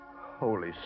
Holy